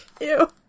Ew